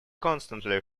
constantly